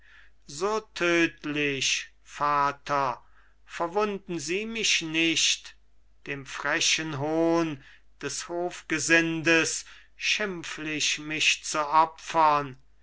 so tödlich vater verwunden sie mich nicht dem frechen hohn des hofgesindes schimpflich mich zu opfern